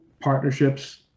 partnerships